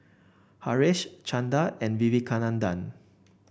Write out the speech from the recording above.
Haresh Chanda and Vivekananda